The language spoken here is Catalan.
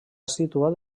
situat